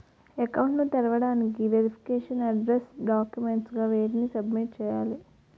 Account ను తెరవటానికి verification address documents గా వేటిని సబ్మిట్ చేయాలి?